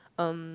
um